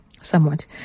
Somewhat